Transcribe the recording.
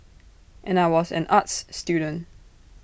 and I was an arts student